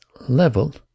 level